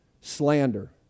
slander